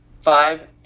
five